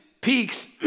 peaks